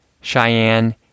Cheyenne